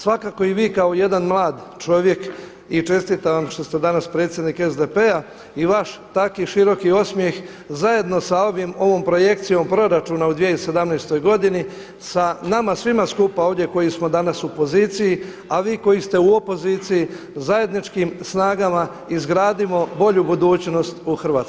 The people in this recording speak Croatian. Svakako i vi kao jedan mlad čovjek i čestitam vam što ste danas predsjednik SDP-a i vaš tako široki osmijeh, zajedno sa ovom projekcijom proračuna u 2017. godini sa nama svima skupa ovdje koji smo danas u poziciji, a vi koji ste u opoziciji zajedničkim snagama izgradimo bolju budućnost u Hrvatskoj.